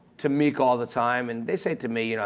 to meek all the time and they say to me, you know